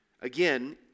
Again